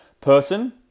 person